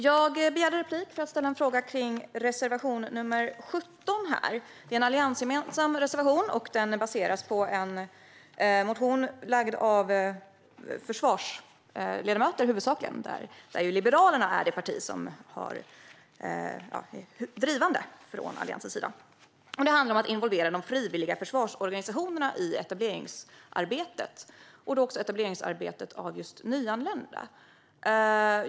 Jag begärde replik för att ställa en fråga kring reservation 17. Det är en alliansgemensam reservation som baseras på en motion som väckts av huvudsakligen försvarsledamöter. Liberalerna är det parti som är drivande från Alliansens sida, och det handlar om att involvera de frivilliga försvarsorganisationerna i etableringsarbetet även när det gäller nyanlända.